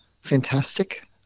Fantastic